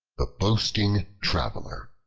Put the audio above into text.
the boasting traveler